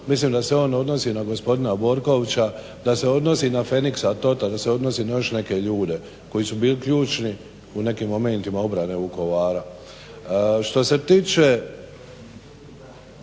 mislim da se on odnosi na gospodina Borkovića, da se odnosi na Feniksa Tota da se odnose na još neke ljude koji su bili ključni u nekim momentima obrane Vukovara. Što se tiče